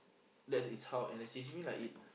that is how N_S changed me lah it